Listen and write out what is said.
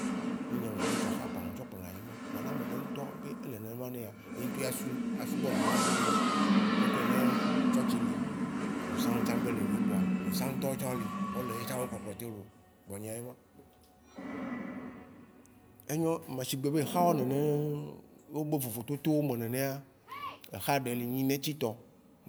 . Ne nyea me gbe tsɔ xa kpoa me tsɔ kplɔna nyigbã. Vɔ ne amɖe ŋtɔ be ele nenema ne yea, ye ŋtɔ ya su a subɔ nene be nu. Leke ne tsɔtsi li, abosãŋ tsã gbe li ɖo kpoa, bosãŋtɔwo tsà li. wo le etsã be kpɔkplɔ te lo. Gbɔnyĩa eme. Enyɔ shigbe be exawo nene, o do vovototo wóme nènèa, exa ɖe li nyi nɛtsi tɔ.